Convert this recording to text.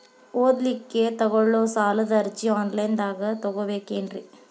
ಓದಲಿಕ್ಕೆ ತಗೊಳ್ಳೋ ಸಾಲದ ಅರ್ಜಿ ಆನ್ಲೈನ್ದಾಗ ತಗೊಬೇಕೇನ್ರಿ?